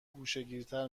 گوشهگیرتر